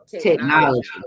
technology